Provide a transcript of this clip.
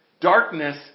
darkness